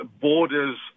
borders